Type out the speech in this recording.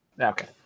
Okay